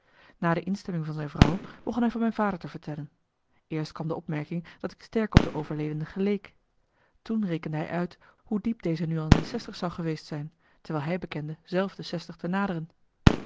na de instemming van zijn vrouw begon hij van mijn vader te vertellen eerst kwam de opmerking dat ik sterk op de overledene geleek toen rekende hij uit hoe diep deze marcellus emants een nagelaten bekentenis nu al in de zestig zou geweest zijn terwijl hij bekende zelf de zestig